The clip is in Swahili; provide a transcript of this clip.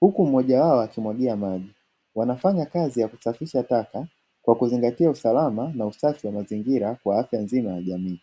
huku mmoja wao akimwagia maji. Wanafanya kazi ya kusafisha taka kwa kuzingatia usalama na usafi wa mazingira kwa afya nzima ya jamii.